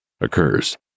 occurs